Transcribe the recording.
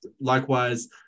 Likewise